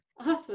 Awesome